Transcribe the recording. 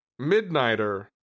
Midnighter